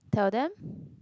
tell them